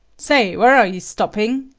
say, where are you stopping?